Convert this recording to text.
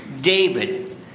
David